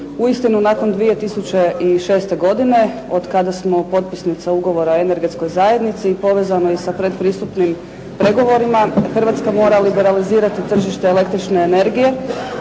Uistinu, nakon 2006. godine, otkada smo potpisnica ugovora o energetskoj zajednici povezanoj sa predpristupnim pregovorima, Hrvatska mora liberalizirati tržište električne energije